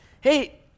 Hey